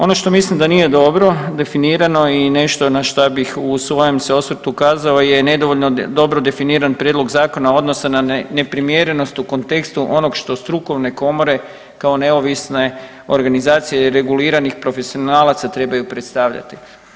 Ono što mislim da nije dobro definirano i na šta bih u svojem se osvrtu ukazao je nedovoljno dobro definiran prijedlog zakona odnosa na neprimjerenost u kontekstu onog što strukovne komore kao neovisne organizacije reguliranih profesionalaca trebaju predstavljati.